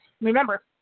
Remember